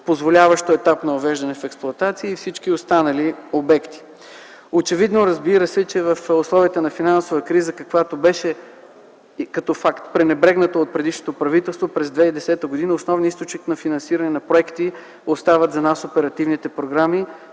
позволяваща етап на въвеждане в експлоатация, и всички останали обекти. Очевидно, разбира се, че в условията на финансова криза, каквато беше като факт, пренебрегнат от предишното правителство, през 2010 г. основният източник на финансиране на проекти остават за нас оперативните програми